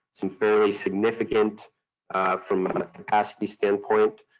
some fairly significant from a capacity standpoint.